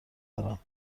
دارم